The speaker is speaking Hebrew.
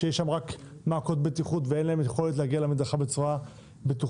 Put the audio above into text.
שיש שם רק מעקות בטיחות ואין להם יכולת להגיע למדרכה בצורה בטוחה,